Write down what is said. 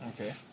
Okay